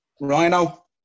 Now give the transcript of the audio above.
Rhino